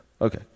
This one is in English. Okay